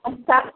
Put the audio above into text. अच्छा